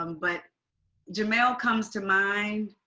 um but jamal comes to mind.